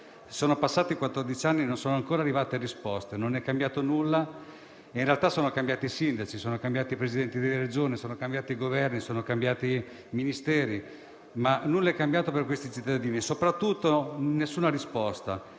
sono passati quattordici anni e non sono ancora arrivate risposte, non è cambiato nulla. In realtà sono cambiati i sindaci, i Presidenti di Regione, i Governi e i Ministri, ma nulla è cambiato per questi cittadini. Soprattutto è inammissibile